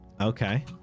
okay